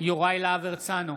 יוראי להב הרצנו,